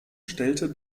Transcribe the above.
stellte